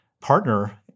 partner